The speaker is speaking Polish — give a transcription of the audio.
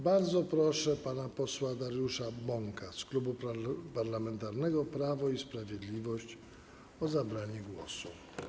Bardzo proszę pana posła Dariusza Bąka z Klubu Parlamentarnego Prawo i Sprawiedliwość o zabranie głosu.